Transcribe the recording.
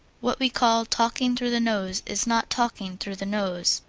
what we call talking through the nose is not talking through the nose,